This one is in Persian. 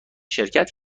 شرکت